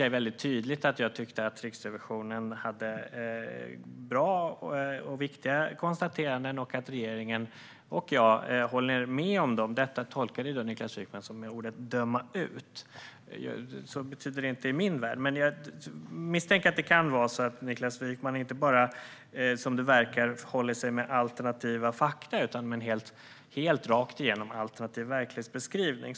Jag sa väldigt tydligt att jag tyckte att Riksrevisionen hade gjort bra och viktiga konstateranden och att regeringen och jag själv håller med om dessa. Detta tolkade Niklas Wykman som att jag dömde ut Riksrevisionens konstateranden. Det betyder det inte i min värld. Jag misstänker att det kan vara så att Niklas Wykman inte bara - som det verkar - håller sig med alternativa fakta utan med en rakt igenom alternativ verklighetsbeskrivning.